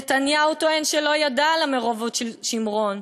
נתניהו טוען שלא ידע על המעורבות של שמרון.